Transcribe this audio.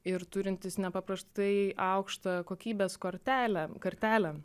ir turintis nepaprastai aukštą kokybės kortelę kartelę